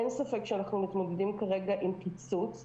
אין ספק שאנחנו מתמודדים כרגע עם קיצוץ.